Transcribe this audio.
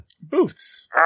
Booths